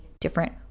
different